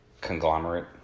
conglomerate